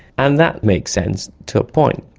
and that makes sense, to a point.